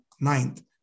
ninth